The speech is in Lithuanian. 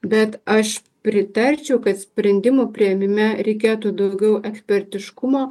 bet aš pritarčiau kad sprendimų priėmime reikėtų daugiau ekspertiškumo